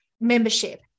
membership